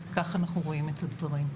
אז ככה אנחנו רואים את הדברים.